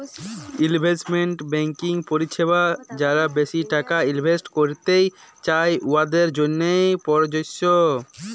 investment banking পরিছেবা যারা বেশি টাকা ইলভেস্ট ক্যইরতে চায়, উয়াদের জ্যনহে পরযজ্য